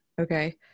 Okay